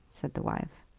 said the wife.